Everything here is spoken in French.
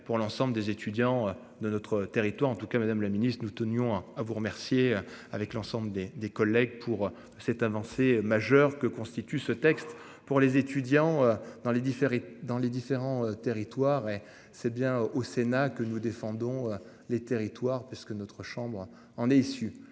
pour l'ensemble des étudiants de notre territoire, en tout cas Madame la Ministre nous tenions à vous remercier, avec l'ensemble des des collègues pour cette avancée majeure que constitue ce texte pour les étudiants dans les différents dans les différents territoires et c'est bien au Sénat que nous défendons les territoires parce que notre chambre en est issu.